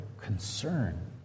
concern